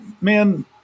Man